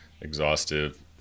exhaustive